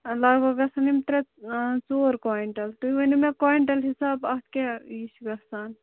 لگ بگ گَژھَن یِم ترٛےٚ ژور کۅنٛٹل تُہۍ ؤنِو مےٚ کۅنٛٹل حِساب اَتھ کیٛاہ یہِ چھُ گَژھان